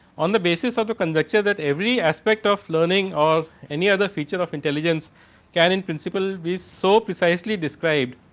on the basis of the conjecture that every aspect of learning was or any other future of intelligence can in principle be so precisely described.